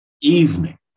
evening